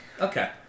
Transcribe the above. Okay